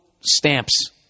stamps